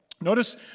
notice